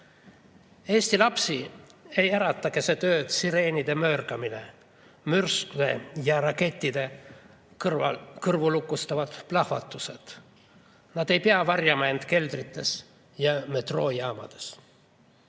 Eesti lapsi ei ärata keset ööd sireenide möirgamine, mürskude ja rakettide kõrvulukustavad plahvatused. Nad ei pea varjama end keldrites ja metroojaamades.